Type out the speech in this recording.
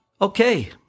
Okay